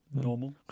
normal